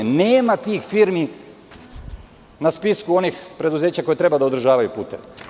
Nema tih firmi na spisku onih preduzeća koja treba da održavaju puteve?